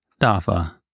Dafa